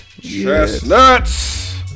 Chestnuts